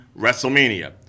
Wrestlemania